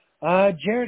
Jared